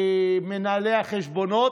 מנהלי החשבונות,